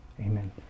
Amen